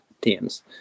teams